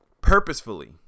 purposefully